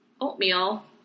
oatmeal